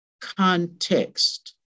context